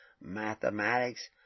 mathematics